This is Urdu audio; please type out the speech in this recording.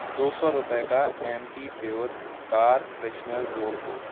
دو سو روپئے کا ایمبیپیور کار فریشنر جوڑ دو